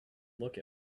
look